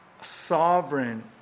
sovereign